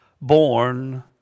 born